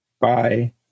Bye